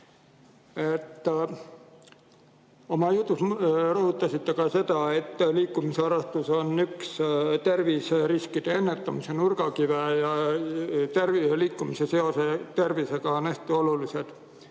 Oma jutus rõhutasite seda, et liikumisharrastus on üks terviseriskide ennetamise nurgakive ja liikumise seosed tervisega on hästi olulised.